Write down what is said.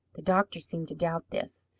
the doctor seemed to doubt this.